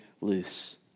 loose